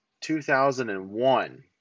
2001